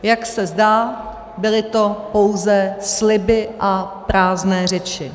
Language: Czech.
Jak se zdá, byly to pouze sliby a prázdné řeči.